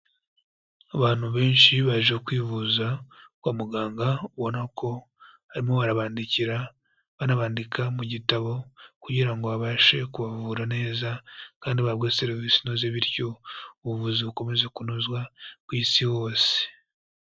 Abantu benshi baje kwivuza kwa muganga, ubona ko barimo barabandikira banabandika mu gitabo kugira ngo babashe kubavura neza kandi bahabwe serivisi inoze bityo ubuvuzi bukomeze kunozwa ku isi hose.